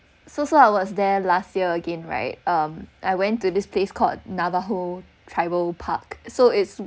so so I was there last year again right um I went to this place called navajo tribal park so it's